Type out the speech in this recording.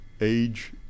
age